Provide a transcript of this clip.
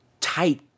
tight